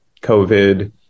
COVID